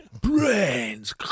Brains